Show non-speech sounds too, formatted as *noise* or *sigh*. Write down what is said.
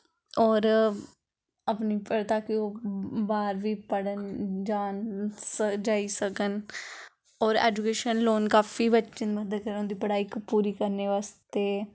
होर अपने पर तां कि ओह् बाह्र बी पढ़न बी जाह्न जाई सकन होर ऐजुकेशन लोन काफी बच्चें गी *unintelligible* पढ़ाई करने बास्ते